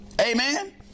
Amen